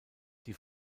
die